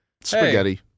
Spaghetti